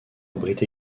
abrite